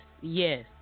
yes